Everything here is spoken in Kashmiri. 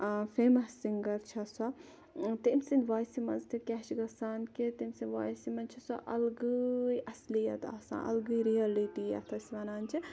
فیمَس سِنٛگَر چھےٚ سۄ تہٕ أمۍ سِنٛدِ ووٚیسہِ مَنٛز تہِ کیاہ چھُ گَژھان کہِ تٔمۍ سِنٛدِ ووٚیسہِ مَنٛز چھِ سۄ اَلگٕے اَصلِیَت آسان اَلگٕے رِیَلِٹی یَتھ أسۍ وَنان چھِ